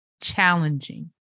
challenging